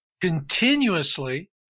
continuously